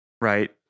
Right